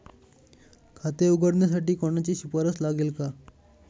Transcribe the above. खाते उघडण्यासाठी कोणाची शिफारस लागेल का?